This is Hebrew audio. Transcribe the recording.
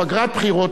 פגרת בחירות,